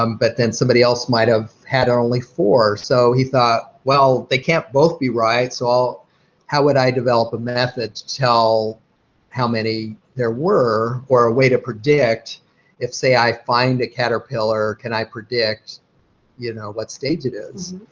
um but then somebody else might have had only four. so he thought, well, they can't both be right, so how would i develop a method to tell how many there were or a way to predict if, say, i find a caterpillar, can i predict you know what stage it is?